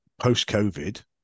post-COVID